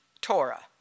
Torah